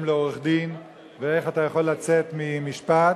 לעורך-דין ואיך אתה יכול לצאת ממשפט.